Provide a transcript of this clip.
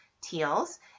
Teal's